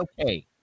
okay